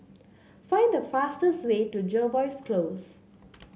find the fastest way to Jervois Close